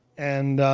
and